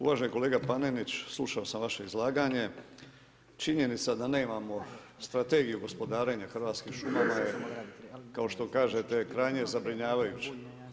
Uvaženi kolega Panenić, slušao am vaše izlaganje, činjenica da nemamo strategiju gospodarenja hrvatskim šumama je kao što kažete krajnje zabrinjavajuće.